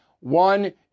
One